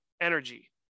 energy